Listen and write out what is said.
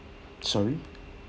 sorry